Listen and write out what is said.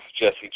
Jesse